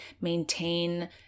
maintain